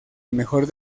mejor